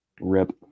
Rip